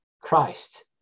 christ